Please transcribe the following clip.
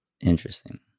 interesting